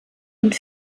und